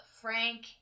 Frank